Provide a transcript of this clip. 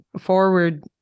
forward